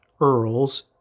Earls